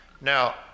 Now